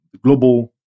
global